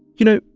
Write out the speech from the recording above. you know,